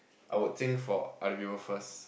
I would think for other people first